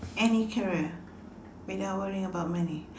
any career without worrying about money